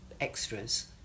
extras